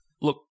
Look